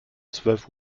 zwölf